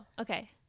okay